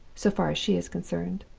so far as she is concerned.